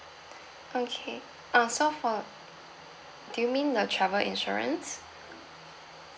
okay uh so for do you mean the travel insurance